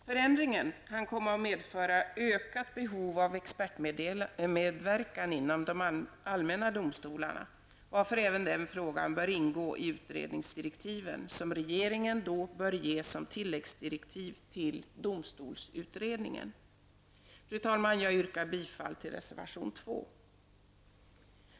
Förändringen kan komma att medföra ökat behov av expertmedverkan inom de allmänna domstolarna, varför även den frågan bör ingå i utredningsdirektiven, som regeringen bör ge som tilläggsdirektiv till domstolsutredningen. Fru talman! Jag yrkar bifall till reservation 2.